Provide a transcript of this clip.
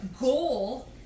goal